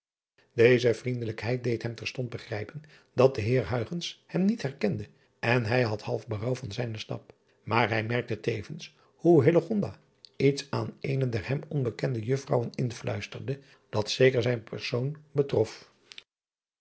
eze vriendelijkheid deed hem terstond begrijpen dat de eer hem niet herkende en hij had half berouw over zijnen stap maar hij merkte tevens hoe iets aan eene der hem onbekende uffrouwen influisterde dat zeker zijn persoon betrof